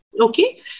Okay